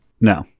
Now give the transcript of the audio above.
No